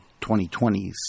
2020s